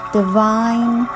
divine